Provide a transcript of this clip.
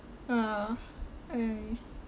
ah I